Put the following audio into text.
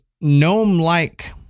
gnome-like